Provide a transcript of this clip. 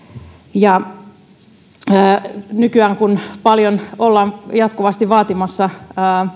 nykyään kun paljon ollaan jatkuvasti vaatimassa